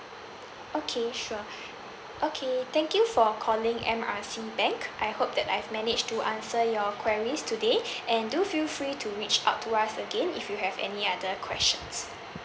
okay sure okay thank you for calling M R C bank I hope that I've managed to answer your queries today and do feel free to reach out to us again if you have any other questions